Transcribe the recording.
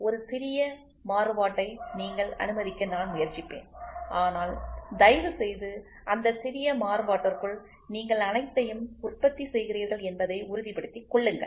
ஒரு சிறிய மாறுபாட்டை நீங்கள் அனுமதிக்க நான் முயற்சிப்பேன் ஆனால் தயவுசெய்து அந்த சிறிய மாறுபாட்டிற்குள் நீங்கள் அனைத்தையும் உற்பத்தி செய்கிறீர்கள் என்பதை உறுதிப்படுத்திக் கொள்ளுங்கள்